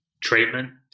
treatment